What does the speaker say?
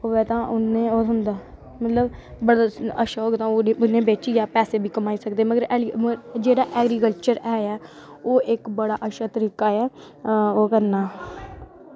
हो तां होंदा मतलब बड़ा अच्छा होग तां बेचियै पैसे बी कमाई सकदे मगर जेह्ड़ा ऐग्रीकल्चर ऐ ओह् इक बड़ा अच्छा तरीका ऐ ओह् करने दा